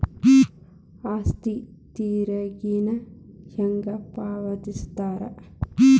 ಆಸ್ತಿ ತೆರಿಗೆನ ಹೆಂಗ ಪಾವತಿಸ್ತಾರಾ